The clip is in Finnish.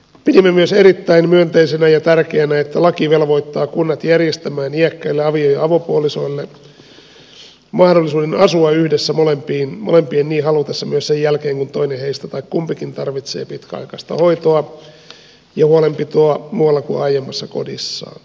pidimme myös erittäin myönteisenä ja tärkeänä että laki velvoittaa kunnat järjestämään iäkkäille avio ja avopuolisoille mahdollisuuden asua yhdessä molempien niin halutessa myös sen jälkeen kun toinen tai kumpikin heistä tarvitsee pitkäaikaista hoitoa ja huolenpitoa muualla kuin aiemmassa kodissaan